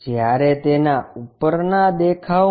જ્યારે તેના ઉપરના દેખાવમા